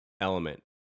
element